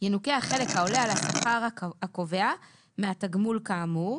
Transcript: ינוכה החלק העולה על השכר הקובע מהתגמול כאמור",